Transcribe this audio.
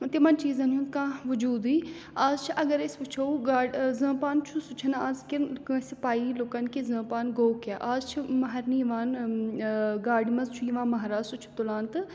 تِمَن چیٖزَن ہُنٛد کانٛہہ وجوٗدٕے آز چھِ اگر أسۍ وٕچھو زٲمپان چھُ سُہ چھُنہٕ آزکٮ۪ن کٲنٛسہِ پَیی لُکَن کہِ زٲمپان گوٚو کیٛاہ آز چھِ مَہرنہِ یِوان گاڑِ منٛز چھُ یِوان مَہراز سُہ چھُ تُلان تہٕ